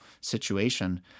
situation